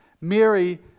Mary